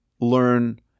learn